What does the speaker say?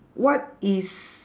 what is